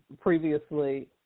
previously